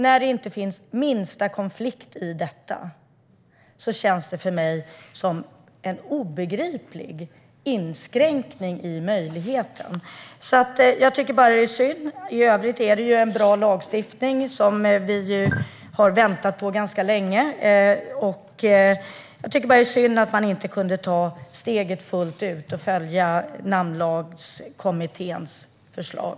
När det inte finns minsta konflikt i detta känns det för mig som en obegriplig inskränkning i möjligheten. Jag tycker bara att det är synd. I övrigt är det en bra lagstiftning, som vi har väntat på ganska länge; jag tycker bara att det är synd att ni inte kunde ta steget fullt ut och helt följa Namnlagskommitténs förslag.